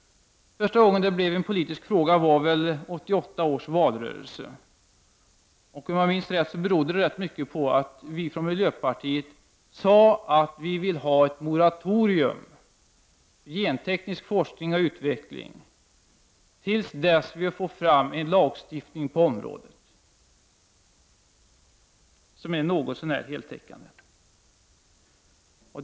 Första gången blev det en politisk fråga i 1988 års valrörelse. Om jag minns rätt berodde det mycket på att vi från miljöpartiet sade att vi ville ha ett moratorium på genteknisk forskning och utveckling tills vi har fått en lagstiftning på området som är något så när heltäckande.